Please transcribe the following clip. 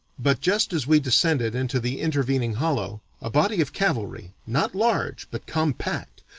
but just as we descended into the intervening hollow, a body of cavalry, not large but compact,